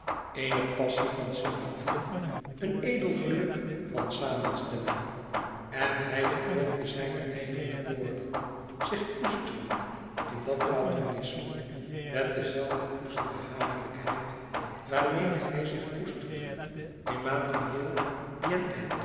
eene passie van sympathie een edel geluk van samenstemming en hij geloofde zijne eigene woorden zich koesterend in dat platonisme met de zelfde poesenbehagelijkheid waarmede hij zich koesterde in materiëel